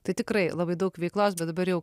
tai tikrai labai daug veiklos bet dabar jau